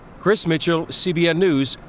chris mitchell, cbn news,